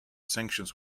sanctions